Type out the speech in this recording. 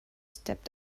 stepped